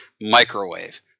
microwave